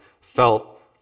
felt